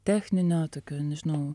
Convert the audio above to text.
techninio tokio nežinau